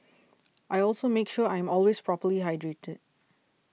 I also make sure I am always properly hydrated